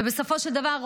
ובסופו של דבר,